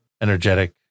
energetic